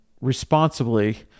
responsibly